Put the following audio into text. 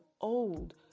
old